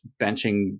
benching